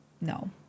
No